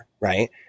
right